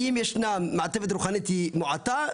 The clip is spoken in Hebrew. אם ישנה מעטפת רוחנית היא מועטה,